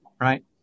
right